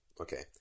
Okay